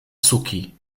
suki